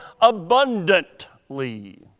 abundantly